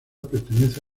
pertenece